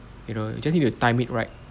you know you just need you time it right